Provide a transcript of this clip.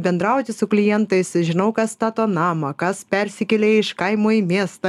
bendrauti su klientais žinau kas stato namą kas persikėlė iš kaimo į miestą